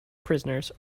prisoners